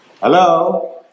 Hello